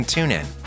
TuneIn